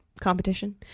competition